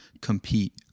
compete